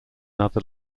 other